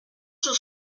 sur